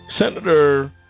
senator